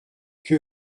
que